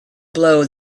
blow